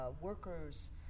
workers